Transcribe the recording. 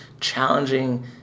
challenging